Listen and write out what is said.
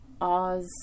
Oz